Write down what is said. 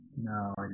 No